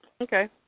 Okay